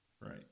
Right